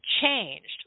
changed